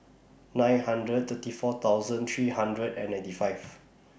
nine hundred thirty four thousand three hundred and ninety five